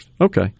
Okay